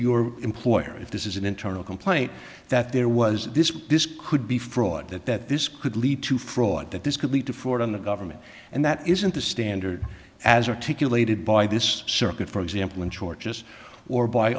your employer if this is an internal complaint that there was this this could be fraud that this could lead to fraud that this could lead to for down the government and that isn't the standard as articulated by this circuit for example in churches or by